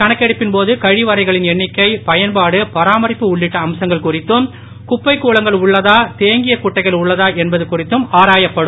கணக்கெடுப்பின்போது கழிவறைகளின் எண்ணிக்கை பயன்பாடு பராமரிப்பு உள்ளிட்ட அம்சங்கள் குறித்தும் குப்பை கூளங்கள் உள்ளதா தேங்கிய குட்டைகள் உள்ளதா என்பது குறித்தும் ஆராயப்படும்